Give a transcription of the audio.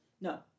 No